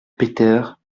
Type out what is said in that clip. peter